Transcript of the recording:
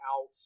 out